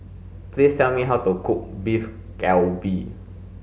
please tell me how to cook Beef Galbi